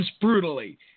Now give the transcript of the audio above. brutally